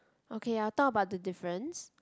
okay I'll talk about the difference